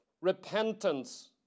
repentance